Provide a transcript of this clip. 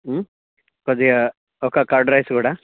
కొద్దిగా ఒక curd rice కూడా